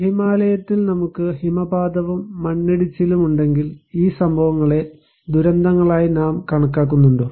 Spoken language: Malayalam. ഹിമാലയത്തിൽ നമുക്ക് ഹിമപാതവും മണ്ണിടിച്ചിലും ഉണ്ടെങ്കിൽ ഈ സംഭവങ്ങളെ ദുരന്തങ്ങളായി നാം കണക്കാക്കുന്നുണ്ടോ